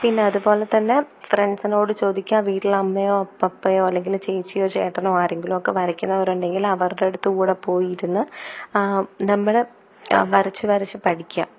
പിന്നെ അതു പോലെ തന്നെ ഫ്രണ്ട്സിനോട് ചോദിക്കാൻ വീട്ടിൽ അമ്മയോ പപ്പയോ അല്ലെങ്കിൽ ചേച്ചിയോ ചേട്ടനോ ആരെങ്കിലുമൊക്കെ വരയ്ക്കുന്നവർ ഉണ്ടെങ്കിൽ അവരുടെ അടുത്ത് കൂടാൻ പോയിരുന്നു നമ്മൾ വരച്ചു വരച്ചു പഠിക്കുക